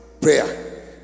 prayer